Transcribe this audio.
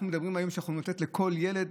אנחנו אומרים שאנחנו יכולים לתת לכל ילד?